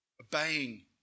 obeying